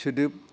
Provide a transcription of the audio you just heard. सोदोब